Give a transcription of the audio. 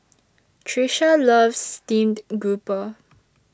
Trisha loves Steamed Grouper